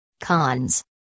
Cons